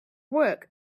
work